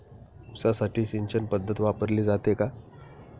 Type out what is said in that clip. ऊसासाठी सिंचन पद्धत वापरली जाते का?